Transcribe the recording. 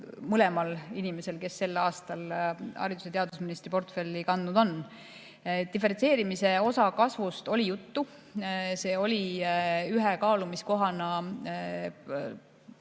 mõlemal inimesel, kes sel aastal haridus‑ ja teadusministri portfelli kandnud on. Diferentseerimise osa kasvatamisest oli juttu, see oli ühe kaalumiskohana